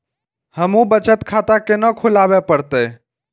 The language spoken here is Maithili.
हमू बचत खाता केना खुलाबे परतें?